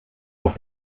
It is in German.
auf